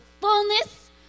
fullness